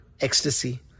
ecstasy